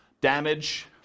Damage